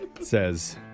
Says